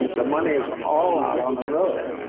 the money is all out on the road.